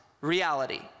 reality